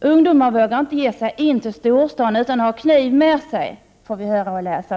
Ungdomar vågar inte ge sig in till storstaden utan att ha kniv med sig, kan vi läsa.